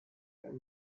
and